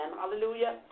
hallelujah